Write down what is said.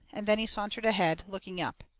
and then he sauntered ahead, looking up.